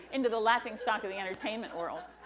into the laughing stock of the entertainment world.